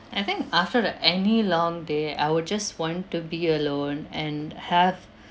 I think after uh any long day I would just want to be alone and have